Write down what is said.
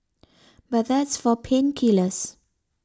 but that's for pain killers